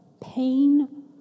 pain